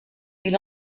ils